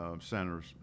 centers